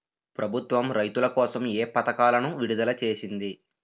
ప్రభుత్వం రైతుల కోసం ఏ పథకాలను విడుదల చేసింది?